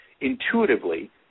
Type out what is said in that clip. intuitively